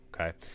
Okay